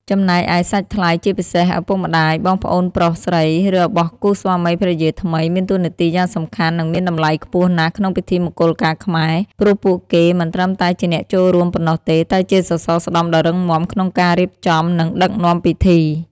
ចំណែកឯសាច់ថ្លៃ ជាពិសេស ឪពុកម្ដាយ បងប្អូនប្រុសស្រីរបស់គូស្វាមីភរិយាថ្មី មានតួនាទីយ៉ាងសំខាន់ និងមានតម្លៃខ្ពស់ណាស់ក្នុងពិធីមង្គលការខ្មែរ ព្រោះពួកគេមិនត្រឹមតែជាអ្នកចូលរួមប៉ុណ្ណោះទេ តែជាសសរស្តម្ភដ៏រឹងមាំក្នុងការរៀបចំ និងដឹកនាំពិធី។